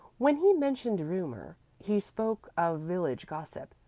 when he mentioned rumor, he spoke of village gossip,